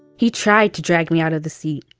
he tried to drag me out of the seat,